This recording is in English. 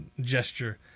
gesture